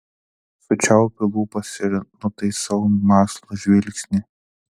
sučiaupiu lūpas ir nutaisau mąslų žvilgsnį